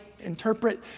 interpret